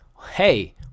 hey